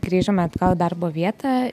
grįžome atgal į darbo vietą